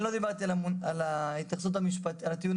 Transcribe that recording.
אני לא דיברתי על הטיעון המשפטי,